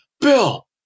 bill